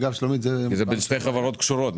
הרי זה בין שתי חברות קשורות.